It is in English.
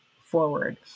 forward